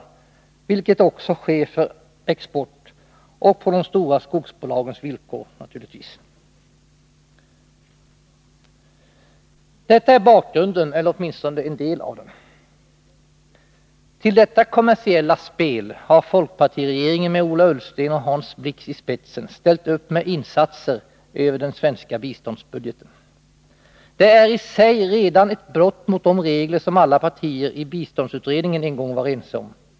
Avverkningarna sker för export och, naturligtvis, på de stora skogsbolagens villkor. Detta är bakgrunden, eller åtminstone en del av den. Till detta kommersiella spel har folkpartiregeringen med Ola Ullsten och Hans Blix i spetsen ställt upp med insatser över den svenska biståndsbudgeten. Det är i sig redan ett brott mot de regler som alla partier i biståndsutredningen en gång var ense om.